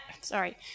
sorry